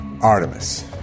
Artemis